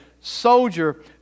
soldier